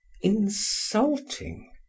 insulting